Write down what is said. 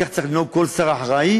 כך צריך לנהוג כל שר אחראי,